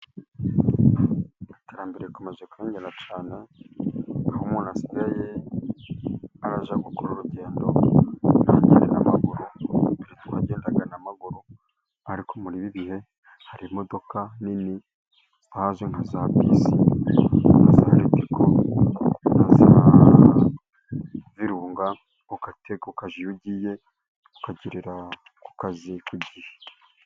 Iterambere rikomeje kwiyongera cyane, aho umuntu asigaye ajya gukora urugendo ntagenda n'amaguru, mbere twagendaga n'amaguru. Ariko muri ibi bihe hari imodoka nini, haje nka za bisi, na za ritiko, na za virunga, ugatega ukajya iyo ugiye ukagerera ku kazi ku gihe.